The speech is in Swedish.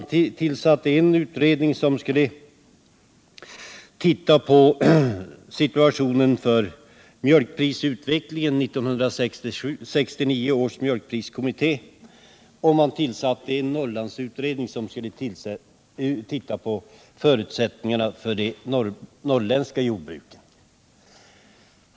1969 års mjölkprisutredning skulle se på mjölkprisutvecklingen, och en Norrlandsutredning skulle studera förutsättningarna för det norrländska jordbruket.